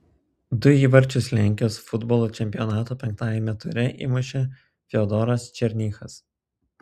du įvarčius lenkijos futbolo čempionato penktajame ture įmušė fiodoras černychas